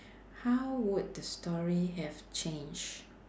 how would the story have changed